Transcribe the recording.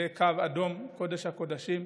זה קו אדום, קודש-הקודשים.